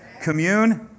commune